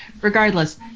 Regardless